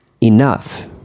enough